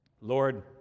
Lord